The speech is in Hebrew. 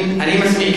אני מסמיק.